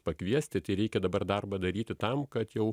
pakviesti tai reikia dabar darbą daryti tam kad jau